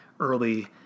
early